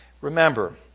Remember